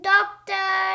Doctor